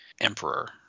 emperor